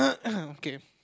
okay